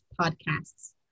podcasts